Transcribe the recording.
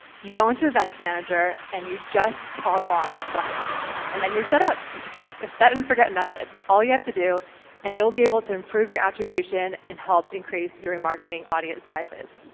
you go into events manager and you just toggle on this button and then you're set up. it's a set and forget method. it's all you have to do and it will be able to improve your attribution and help increase your remarketing audience sizes.